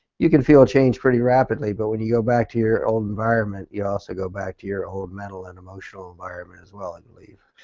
you can feel a change pretty rapidly but when you go back to your old environment you also go back to your old mental and emotional environment as well i believe.